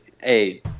hey